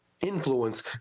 influence